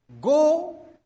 go